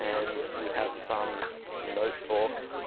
and you have some notebook.